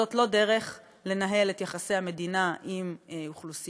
זאת לא הדרך לנהל את יחסי המדינה עם אוכלוסייה,